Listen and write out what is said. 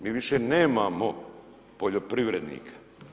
Mi više nemamo poljoprivrednika.